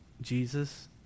Jesus